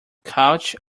couch